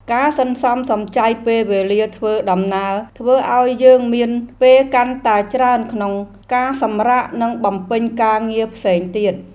ការសន្សំសំចៃពេលវេលាធ្វើដំណើរធ្វើឱ្យយើងមានពេលកាន់តែច្រើនក្នុងការសម្រាកនិងបំពេញការងារផ្សេងទៀត។